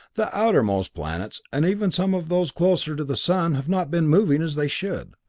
the outermost planets, and even some of those closer to the sun have not been moving as they should.